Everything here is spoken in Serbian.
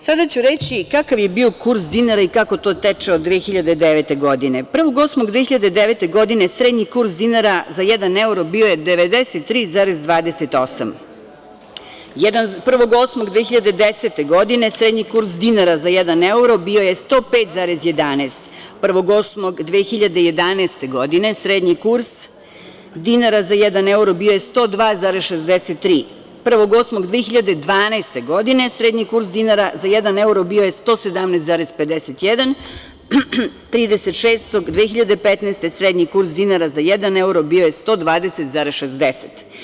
Sada ću reći kakav je bio kurs dinara i kako to teče od 2009. godine, 1.08.2009. godine srednji kurs dinara za jedan evro bio je 93,28, 1.08.2010. godine srednji kurs dinara za jedan evro bio je 105,11, 1.08.2011. godine srednji kurs dinara za jedan evro bio je 102,63, 1.08.2012. godine srednji kurs dinara za jedan evro bio je 117,51, 30.06.2015. godine srednji kurs dinara za jedan evro bio je 120,60.